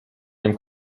dem